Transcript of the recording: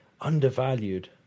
undervalued